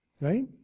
right